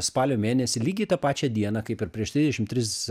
spalio mėnesį lygiai tą pačią dieną kaip ir prieš trisdešim tris